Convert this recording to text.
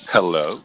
Hello